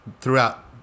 throughout